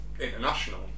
international